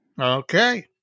Okay